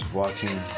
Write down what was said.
walking